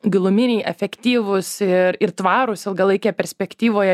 giluminiai efektyvūs ir ir tvarūs ilgalaikėje perspektyvoje